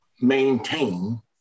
maintain